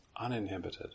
uninhibited